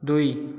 ଦୁଇ